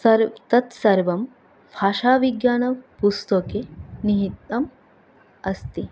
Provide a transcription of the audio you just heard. सर्वं तत् सर्वं भाषाविज्ञानपुस्तके निहितम् अस्ति